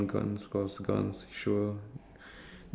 I'll definitely find some kind of armour